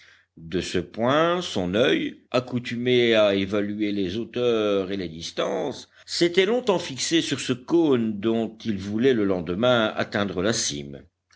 de ce point son oeil accoutumé à évaluer les hauteurs et les distances s'était longtemps fixé sur ce cône dont il voulait le lendemain atteindre la cime